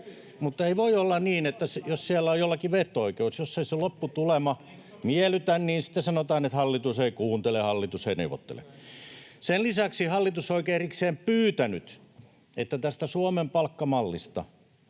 mutta ei voi olla niin, että jos siellä on jollakin veto-oikeus, jos ei se lopputulema miellytä, niin sitten sanotaan, että ”hallitus ei kuuntele, hallitus ei neuvottele”. Sen lisäksi hallitus on oikein erikseen pyytänyt neuvottelemaan tästä Suomen palkkamallista,